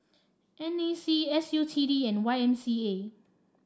N A C S U T D and Y M C A